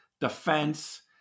defense